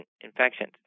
infections